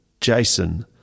Jason